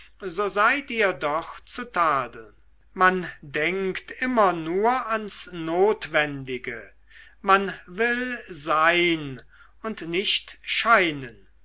so seid ihr doch zu tadeln man denkt immer nur ans notwendige man will sein und nicht scheinen